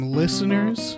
listeners